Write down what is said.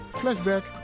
flashback